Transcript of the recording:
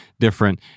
different